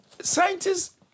Scientists